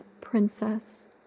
princess